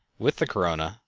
with the corona,